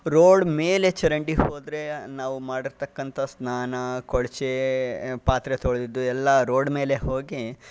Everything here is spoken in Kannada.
ರೋಡ್ ಮೇಲೆ ಚರಂಡಿ ಹೋದರೆ ನಾವು ಮಾಡಿರತಕ್ಕಂಥ ಸ್ನಾನ ಕೊಳಚೆ ಪಾತ್ರೆ ತೊಳೆದಿದ್ದು ಎಲ್ಲ ರೋಡ್ ಮೇಲೆ ಹೋಗಿ